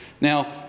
Now